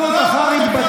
אותה אופוזיציה שהגישה